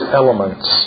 elements